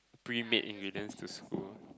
pre made ingredients to school